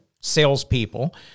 salespeople